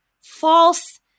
false